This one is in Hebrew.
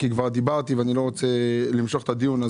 כי כבר דיברתי ואני לא רוצה למשוך את הדיון.